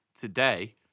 today